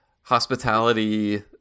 hospitality